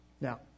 Now